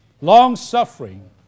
long-suffering